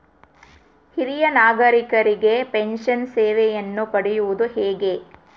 ಹಿರಿಯ ನಾಗರಿಕರಿಗೆ ಪೆನ್ಷನ್ ಸೇವೆಯನ್ನು ಪಡೆಯುವುದು ಹೇಗೆ?